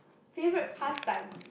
favourite pastime